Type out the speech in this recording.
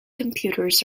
computers